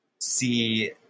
see